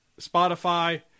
Spotify